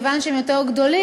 מכיוון שהם יותר גדולים,